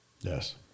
Yes